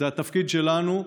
זה התפקיד שלנו,